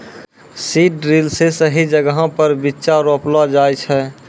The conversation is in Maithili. सीड ड्रिल से सही जगहो पर बीच्चा रोपलो जाय छै